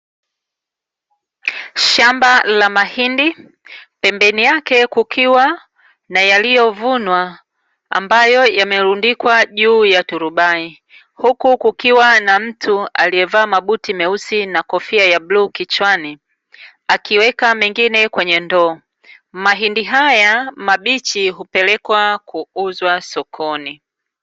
Shamba la mahindi pembeni yake kukiwa na yaliovunwa, ambayo yamerundikwa juu ya turubai, huku kukiwa na mtu alievaa mabuti meusi na kofia ya bluu kichwani akiweka mengine kwenye ndoo mahindi haya mabichi hupelekwa kuuzwa sokoni.